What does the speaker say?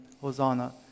Hosanna